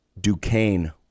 Duquesne